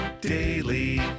daily